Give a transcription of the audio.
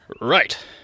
Right